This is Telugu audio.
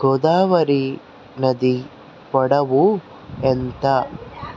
గోదావరి నది పొడవు ఎంత